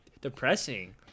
depressing